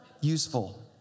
Useful